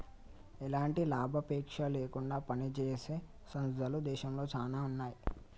ఎలాంటి లాభాపేక్ష లేకుండా పనిజేసే సంస్థలు దేశంలో చానా ఉన్నాయి